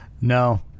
No